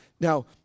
Now